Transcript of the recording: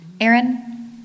Aaron